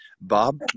Bob